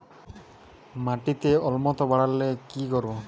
মাটিতে অম্লত্ব বাড়লে কি করব?